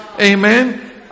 Amen